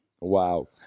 Wow